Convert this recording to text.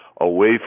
away